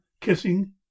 kissing